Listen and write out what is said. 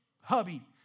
hubby